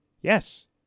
Yes